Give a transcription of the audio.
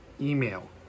email